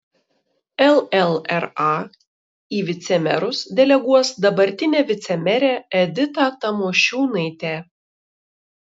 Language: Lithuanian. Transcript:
llra į vicemerus deleguos dabartinę vicemerę editą tamošiūnaitę